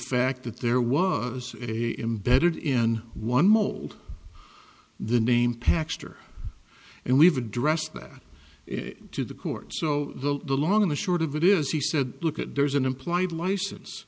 fact that there was a imbedded in one mold the name packs and we've addressed that to the court so the long in the short of it is he said look at there's an implied license